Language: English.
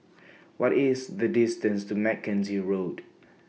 What IS The distance to Mackenzie Road